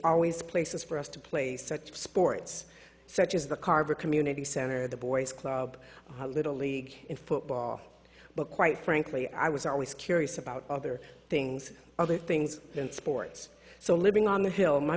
always places for us to play such sports such as the carver community center the boys club little league in football but quite frankly i was always curious about other things other things than sports so living on the hill my